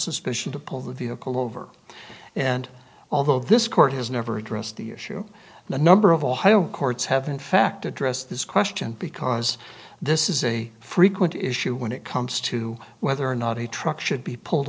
suspicion to pull the vehicle over and although this court has never addressed the issue the number of ohio courts have in fact addressed this question because this is a frequent issue when it comes to whether or not a truck should be pulled